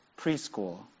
preschool